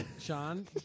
Sean